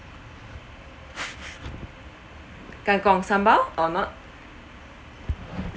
kangkong sambal or not